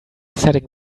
setting